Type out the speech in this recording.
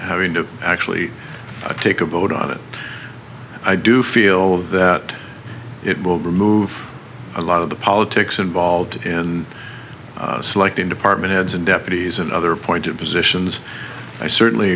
having to actually take a vote on it i do feel that it will remove a lot of the politics involved in selecting department heads and deputies and other point to positions i certainly